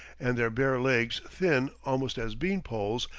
and their bare legs thin almost as beanpoles,